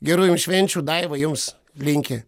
gerų jums švenčių daiva jums linki